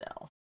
No